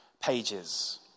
pages